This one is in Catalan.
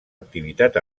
activitat